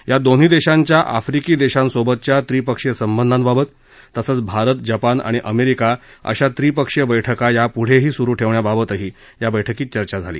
या दोन्ही देशांच्या आफ्रिकी देशांसोबतच्या त्रिपक्षीय संबंधांबाबत तसंच भारत जपान आणि अमेरिका अशा त्रिपक्षीय बैठका यापुढेही सुरू ठेवण्याबाबतही या बैठकीत चर्चा झाली